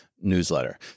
newsletter